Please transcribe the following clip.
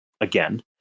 again